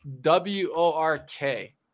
W-O-R-K